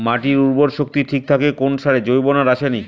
মাটির উর্বর শক্তি ঠিক থাকে কোন সারে জৈব না রাসায়নিক?